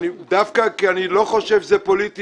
דווקא בגלל שאני לא חושב שזה פוליטי